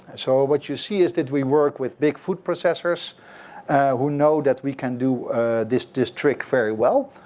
and so what you see is that we work with big food processors who know that we can do this this trick very well.